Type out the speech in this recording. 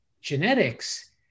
genetics